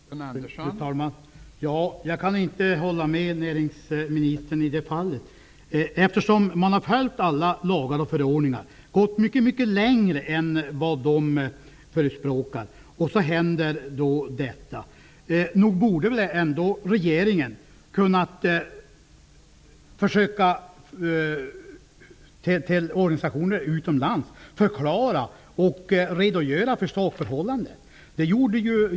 Fru talman! Jag kan inte hålla med näringsministern. I ett fall där man har följt alla lagar och förordningar och även gått mycket längre än vad de föreskriver borde väl regeringen kunna redogöra för sakförhållandena för de utländska organisationerna.